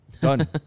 done